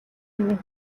хэмээх